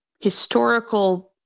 historical